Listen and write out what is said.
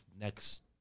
next